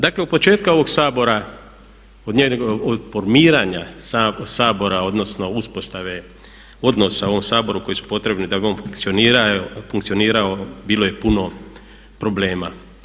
Dakle, od početka ovog Sabora, od formiranja Sabora odnosno uspostave odnosa u ovom Saboru koji su potrebni da bi on funkcionirao, bilo je puno problema.